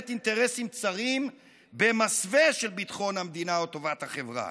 אינטרסים צרים במסווה של ביטחון המדינה או טובת החברה.